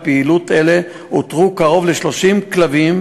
בפעילויות אלה אותרו קרוב ל-30 כלבים,